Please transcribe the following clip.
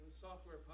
Software